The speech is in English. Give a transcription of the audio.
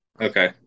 Okay